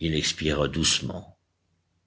il expira doucement